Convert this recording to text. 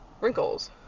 wrinkles